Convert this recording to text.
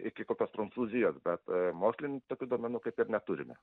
iki kokios prancūzijos bet mokslinių tokių duomenų kaip ir neturime